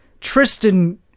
Tristan